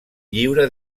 lliure